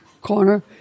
corner